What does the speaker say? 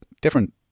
different